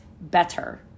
better